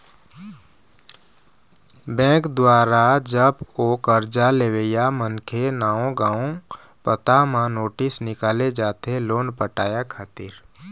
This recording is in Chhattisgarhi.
बेंक दुवारा जब ओ करजा लेवइया मनखे के नांव गाँव पता म नोटिस निकाले जाथे लोन पटाय खातिर